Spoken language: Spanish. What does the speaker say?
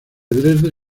dresde